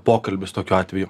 pokalbis tokiu atveju